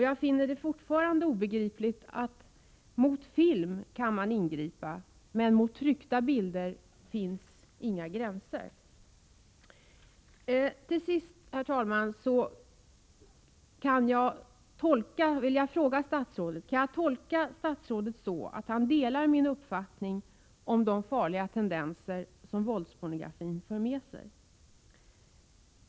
Jag finner det fortfarande obegripligt att man kan ingripa mot film, medan det när det gäller tryckta bilder inte finns någon gräns. Herr talman! Jag vill fråga statsrådet om jag kan tolka honom på det sättet att han delar min uppfattning om de farliga tendenser som våldspornografin för med sig.